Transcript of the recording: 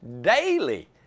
daily